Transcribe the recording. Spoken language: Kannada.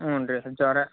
ಹ್ಞೂ ರೀ ಜ್ವರ